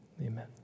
Amen